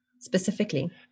specifically